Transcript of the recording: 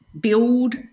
build